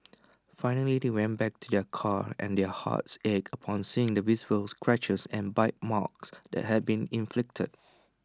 finally they went back to their car and their hearts ached upon seeing the visible scratches and bite marks that had been inflicted